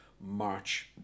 March